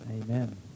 Amen